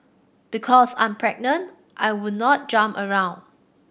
because I'm pregnant I would not jump around